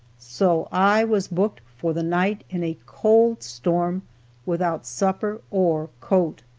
so i was booked for the night in a cold storm without supper or coat.